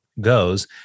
goes